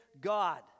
God